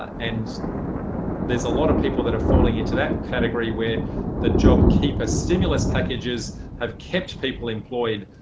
and there's a lot of people that are falling into that category where the job keeper stimulus packages have kept people employed,